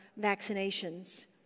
vaccinations